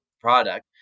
product